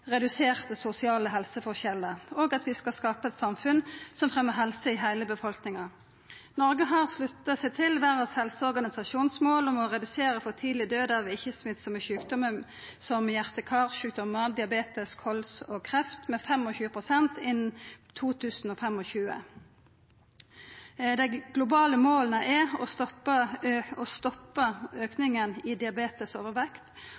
reduserte, og at vi skapar eit samfunn som fremmer helse i heile befolkninga. Noreg har slutta seg til måla Verdshelseorganisasjonen har om å redusera for tidleg død av ikkje-smittsame sjukdommar som hjarte- og karsjukdommar, diabetes, kols og kreft med 25 pst. innan 2025. Dei globale måla er å stoppa